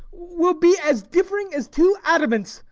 we ll be as differing as two adamants,